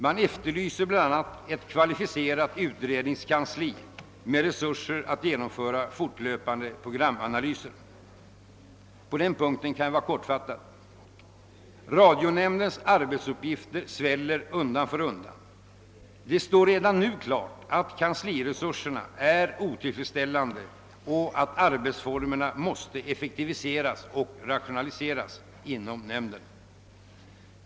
Man efterlyser bl.a. ett kvalificerat utredningskansli med tillräckliga resurser för att genomföra fortlöpande programanalyser. På den punkten kan jag fatta mig kort. Radionämndens arbetsuppgifter sväller undan för undan. Det står redan nu klart att kansliresurserna är otillfredsställande och att nämndens arbetsformer måste effektiviseras och rationaliseras.